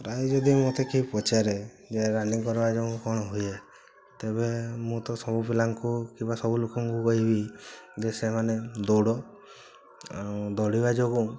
ପ୍ରାୟ ଯଦି ମୋତେ କିଏ ପଚାରେ ଯେ ରନିଙ୍ଗ୍ କରିବା ଯୋଗୁଁ କଣ ହୁଏ ତେବେ ମୁଁ ତ ସବୁ ପିଲାଙ୍କୁ କିବା ସବୁ ଲୋକଙ୍କୁ କହିବି ଯେ ସେମାନେ ଦୌଡ଼ ଦୌଡ଼ିବା ଯୋଗୁଁ